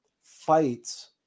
fights